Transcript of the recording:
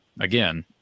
again